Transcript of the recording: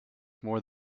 more